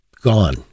gone